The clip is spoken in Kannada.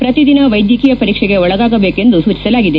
ಪ್ರತಿದಿನ ವೈದ್ಯಕೀಯ ಪರೀಕ್ಷೆಗೆ ಒಳಗಾಗಬೇಕೆಂದು ಸೂಚಿಸಲಾಗಿದೆ